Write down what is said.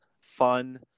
fun